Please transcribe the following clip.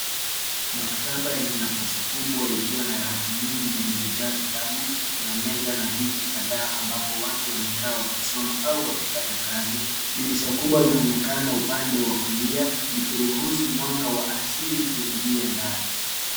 Maktaba yenye nafasi kubwa ikiwa na rafu nyingi zilizojaa vitabu. Kuna meza na viti kadhaa ambapo watu wamekaa wakisoma au wakifanya kazi. Dirisha kubwa linaloonekana upande wa kulia likiruhusu mwanga wa asili kuingia ndani.